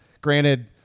Granted